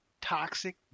toxic